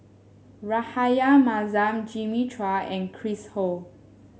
Rahayu Mahzam Jimmy Chua and Chris Ho